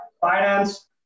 finance